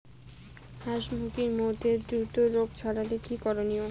হাস মুরগির মধ্যে দ্রুত রোগ ছড়ালে কি করণীয়?